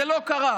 זה לא קרה.